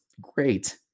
great